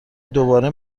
دوباره